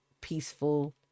peaceful